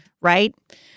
right